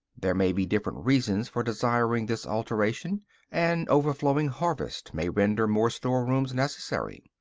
there may be different reasons for desiring this alteration an overflowing harvest may render more store-rooms necessary,